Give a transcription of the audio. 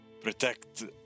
protect